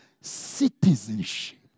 citizenship